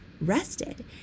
rested